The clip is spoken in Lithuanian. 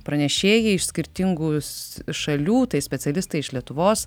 pranešėjai iš skirtingus šalių tai specialistai iš lietuvos